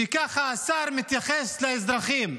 שככה השר מתייחס לאזרחים?